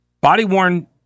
body-worn